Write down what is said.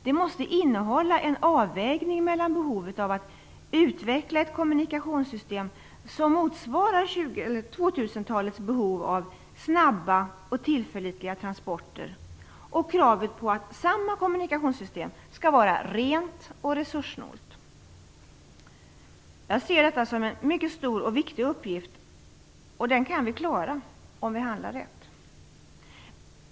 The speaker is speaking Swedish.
Det måste innehålla en avvägning mellan behovet av att utveckla ett kommunikationssystem som motsvarar 2000-talets behov av snabba och tillförlitliga transporter och kravet på att samma kommunikationssystem skall vara rent och resurssnålt. Jag ser detta som en mycket stor och viktig uppgift och den kan vi klara om vi handlar rätt.